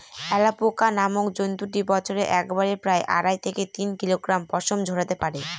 alpaca নামক জন্তুটি বছরে একবারে প্রায় আড়াই থেকে তিন কিলোগ্রাম পশম ঝোরাতে পারে